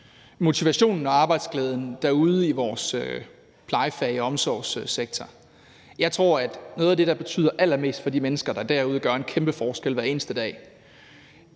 motivationen og arbejdsglæden derude i vores pleje- og omsorgssektor – noget af det, der betyder allermest for de mennesker, der derude gør en kæmpe forskel hver eneste dag